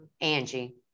Angie